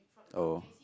oh